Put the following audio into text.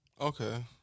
Okay